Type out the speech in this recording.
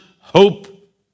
hope